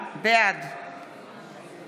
בעד